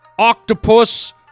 Octopus